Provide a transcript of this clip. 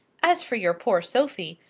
as for your poor sophie,